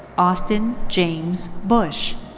austin james bush.